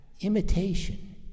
imitation